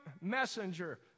messenger